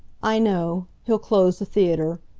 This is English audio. i know. he'll close the theatre.